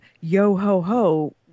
yo-ho-ho